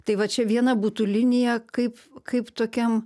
tai va čia viena būtų linija kaip kaip tokiam